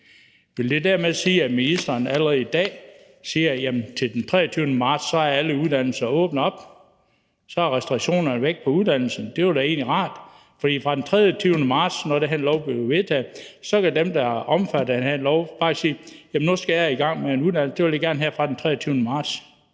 Vil det dermed sige, at ministeren allerede i dag siger, at til den 23. marts er alle uddannelser åbnet op, at så er restriktionerne væk på uddannelserne? Det var da egentlig rart, for når det her lovforslag bliver vedtaget, kan dem, der er omfattet af den her lov, fra den 23. marts faktisk sige: Nu skal jeg i gang med en uddannelse; det vil jeg gerne her fra den 23. marts.